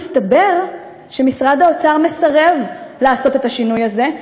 הסתבר שמשרד האוצר מסרב לעשות את השינוי הזה,